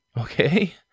okay